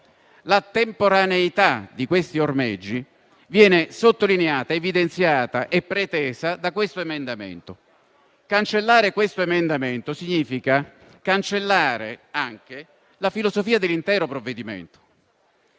La temporaneità di questi ormeggi viene sottolineata, evidenziata e pretesa dall'emendamento 2.31, quindi respingere questo emendamento significa cancellare la filosofia dell'intero provvedimento.